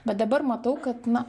bet dabar matau kad na